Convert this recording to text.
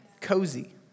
cozy